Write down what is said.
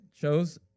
chose